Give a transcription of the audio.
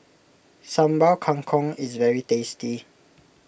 Sambal Kangkong is very tasty